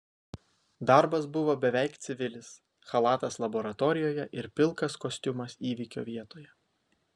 darbas buvo beveik civilis chalatas laboratorijoje ir pilkas kostiumas įvykio vietoje